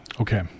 Okay